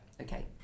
okay